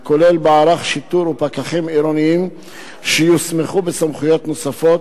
הכולל מערך שיטור ופקחים עירוניים שיוסמכו בסמכויות נוספות,